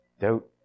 Doubt